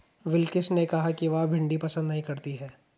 बिलकिश ने कहा कि वह भिंडी पसंद नही करती है